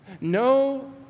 No